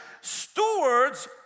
stewards